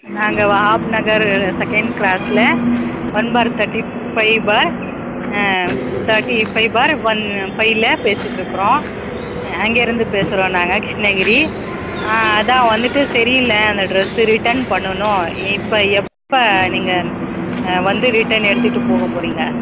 நாங்கள் வஹாப் நகரு செக்கெண்ட் க்ராஸில் one by thirty f five by thirty five by one ஃபைவ்ல பேசிட்டுருக்கறோம் அங்கேருந்து பேசுகிறோம் நாங்கள் கிருஷ்ணகிரி அதான் வந்துவிட்டு சரியில்ல அந்த ட்ரெஸ்ஸு ரிட்டர்ன் பண்ணணும் இப்போ எப்போ நீங்கள் வந்து ரிட்டர்ன் எடுத்துகிட்டு போக போகறீங்க